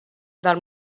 del